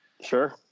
Sure